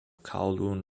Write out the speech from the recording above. kowloon